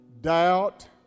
doubt